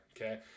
okay